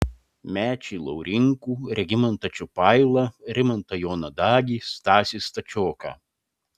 mečį laurinkų regimantą čiupailą rimantą joną dagį stasį stačioką